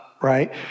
right